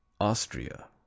Austria